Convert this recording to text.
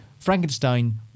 Frankenstein